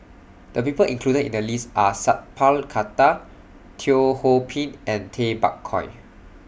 The People included in The list Are Sat Pal Khattar Teo Ho Pin and Tay Bak Koi